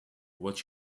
watch